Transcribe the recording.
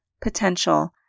potential